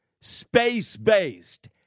space-based